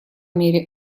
мере